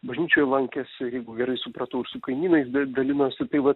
bažnyčioj lankėsi jeigu gerai supratau ir su kaimynais de dalinosi tai vat